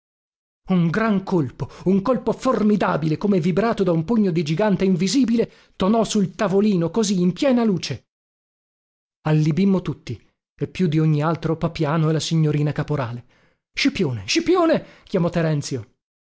un gran colpo un colpo formidabile come vibrato da un pugno di gigante invisibile tonò sul tavolino così in piena luce allibimmo tutti e più di ogni altro papiano e la signorina caporale scipione scipione chiamò terenzio